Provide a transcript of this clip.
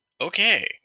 Okay